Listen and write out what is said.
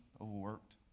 overworked